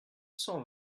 cent